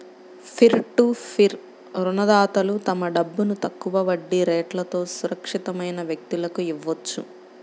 peer to peer రుణదాతలు తమ డబ్బును తక్కువ వడ్డీ రేట్లతో సురక్షితమైన వ్యక్తులకు ఇవ్వొచ్చు